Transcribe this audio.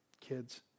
kids